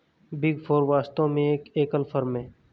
big four वास्तव में एक एकल फर्म है